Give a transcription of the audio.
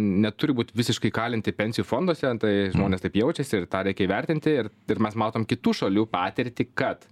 neturi būt visiškai įkalinti pensijų fonduose tai žmonės taip jaučiasi ir tą reikia įvertinti ir ir mes matom kitų šalių patirtį kad